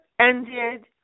ended